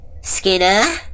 Skinner